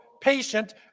patient